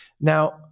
Now